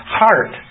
heart